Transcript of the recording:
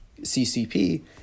CCP